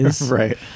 Right